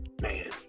Man